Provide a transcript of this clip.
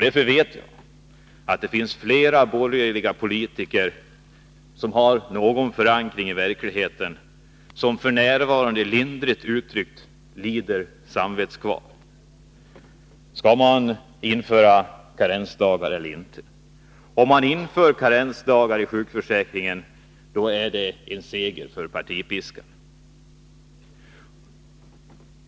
Jag vet att det finns flera borgerliga politiker, som har någon förankring i verkligheten, som f. n. lindrigt uttryckt lider samvetskval. Skall man införa karensdagar eller inte? Om man inför karensdagar i sjukförsäkringen, då är det en seger för partipiskan.